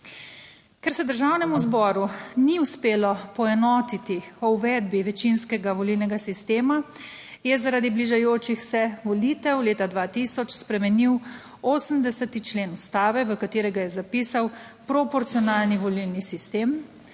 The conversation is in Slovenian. Ker se Državnemu zboru ni uspelo poenotiti o uvedbi večinskega volilnega sistema, je zaradi bližajočih se volitev leta 2000 spremenil 80. člen Ustave, v katerega je zapisal proporcionalni volilni sistem,